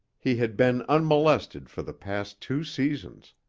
he had been unmolested for the past two seasons,